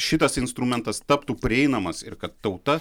šitas instrumentas taptų prieinamas ir kad tauta